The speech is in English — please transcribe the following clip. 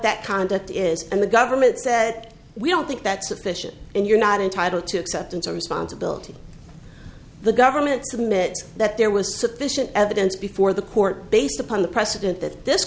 that conduct is and the government that we don't think that's sufficient and you're not entitled to acceptance or responsibility the government submit that there was sufficient evidence before the court based upon the precedent that this